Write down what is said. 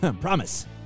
Promise